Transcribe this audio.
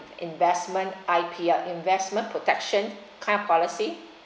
investment I_P ah investment protection kind of policy